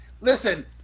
Listen